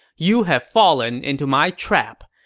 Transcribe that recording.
you have fallen into my trap.